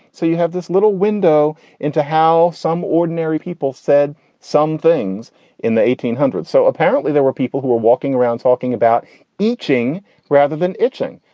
so you have this little window into how some ordinary people said some things in the eighteen hundreds. so apparently there were people who were walking around talking about each thing rather than itching.